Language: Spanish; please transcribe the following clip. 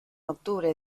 octubre